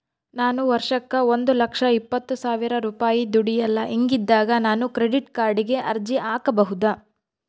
ನಾನು ವರ್ಷಕ್ಕ ಒಂದು ಲಕ್ಷ ಇಪ್ಪತ್ತು ಸಾವಿರ ರೂಪಾಯಿ ದುಡಿಯಲ್ಲ ಹಿಂಗಿದ್ದಾಗ ನಾನು ಕ್ರೆಡಿಟ್ ಕಾರ್ಡಿಗೆ ಅರ್ಜಿ ಹಾಕಬಹುದಾ?